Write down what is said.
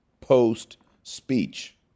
post-speech